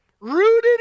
rooted